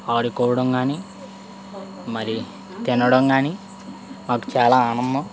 ఆడుకోవడం కాని మరి తినడం కానీ మాకు చాలా ఆనందం